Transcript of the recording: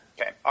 Okay